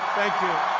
thank you.